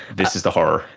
this is the horror.